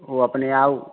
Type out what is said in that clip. ओ अपने आउ